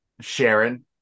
Sharon